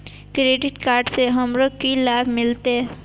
Credit card से हमरो की लाभ मिलते?